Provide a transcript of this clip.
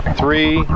three